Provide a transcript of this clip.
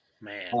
Man